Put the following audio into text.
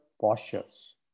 postures